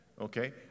okay